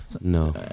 No